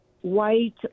white